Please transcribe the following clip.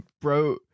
bro